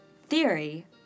theory